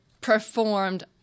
performed